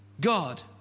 God